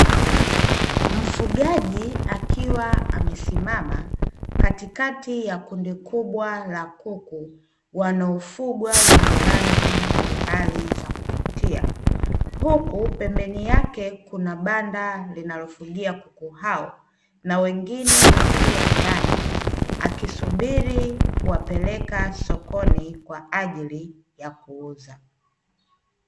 Mfugaji akiwa amesimama katikati ya kundi kubwa la kuku wanaofugwa wenye rangi mbalimbali za kuvutia, huku pembeni yake kuna banda linalofungia kuku hao na wengine wakiwa ndani, akisubiri kuwapeleka sokoni kwa ajili ya kuuza.